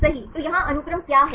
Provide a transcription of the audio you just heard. सही तो यहाँ अनुक्रम क्या है